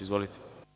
Izvolite.